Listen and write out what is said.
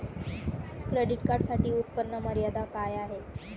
Credit कार्डसाठी उत्त्पन्न मर्यादा काय आहे?